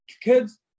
kids